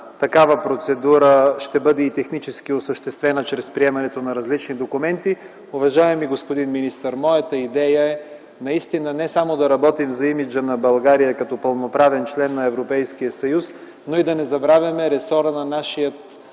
такава процедура технически ще бъде осъществена чрез приемането на различни документи. Уважаеми господин министър, моята идея е не само да работим за имиджа на България като пълноправен член на Европейския съюз, но и да не забравяме ресора на нашия